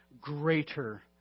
greater